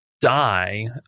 die